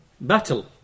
battle